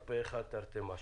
אושרו פה-אחד תרתי משמע.